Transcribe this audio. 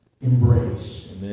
embrace